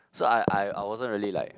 so I I wasn't really like